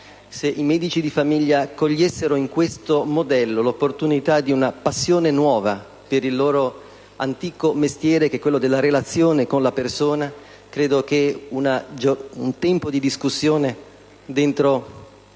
Se i medici cogliessero in questo modello l'opportunità di una passione nuova per il loro antico mestiere, quello della relazione con la persona, questo tempo di discussione dentro